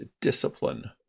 discipline